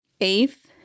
Eighth